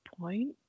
point